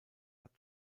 hat